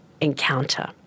encounter